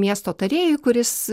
miesto tarėjui kuris